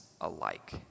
alike